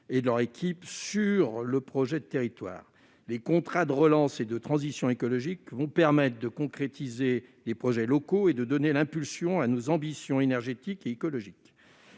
et de leurs équipes dans le projet de territoire. Les contrats de relance et de transition écologique permettront de concrétiser des projets locaux et de donner de l'impulsion à nos ambitions énergétiques et écologiques.